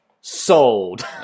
Sold